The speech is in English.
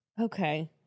Okay